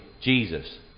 Jesus